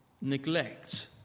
neglect